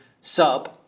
sub